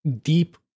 deep